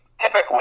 typically